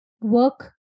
work